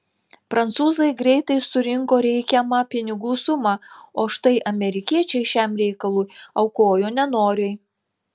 prancūzai greitai surinko reikiamą pinigų sumą o štai amerikiečiai šiam reikalui aukojo nenoriai